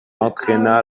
entraîna